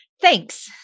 Thanks